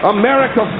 america